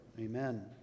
Amen